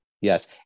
yes